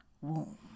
womb